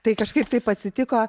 tai kažkaip taip atsitiko